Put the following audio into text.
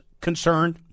concerned